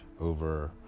over